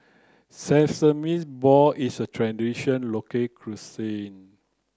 sesames ball is a traditional local cuisine